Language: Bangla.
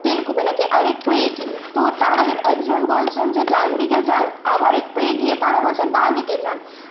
তেলকুপি নাকি আরেকটু এগিয়ে তো তাদের একজন বলছেন যে ডান দিকে যান আবার একটু এগিয়ে তারা বলছে বাঁ দিকে যান